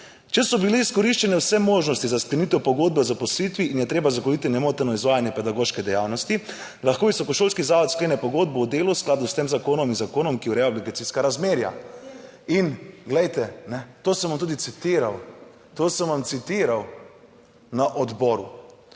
"Če so bile izkoriščene vse možnosti za sklenitev pogodbe o zaposlitvi in je treba zagotoviti nemoteno izvajanje pedagoške dejavnosti, lahko visokošolski zavod sklene pogodbo o delu, v skladu s tem zakonom in zakonom, ki ureja obligacijska razmerja." In glejte, kajne, to sem vam tudi citiral, to sem vam citiral na odboru,